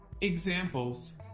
Examples